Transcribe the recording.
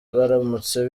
baramutse